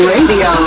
Radio